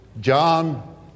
John